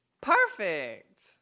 Perfect